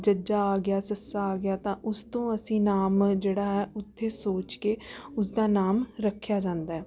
ਜੱਜਾ ਆ ਗਿਆ ਸੱਸਾ ਆ ਗਿਆ ਤਾਂ ਉਸ ਤੋਂ ਅਸੀਂ ਨਾਮ ਜਿਹੜਾ ਹੈ ਉੱਥੇ ਸੋਚ ਕੇ ਉਸ ਦਾ ਨਾਮ ਰੱਖਿਆ ਜਾਂਦਾ ਹੈ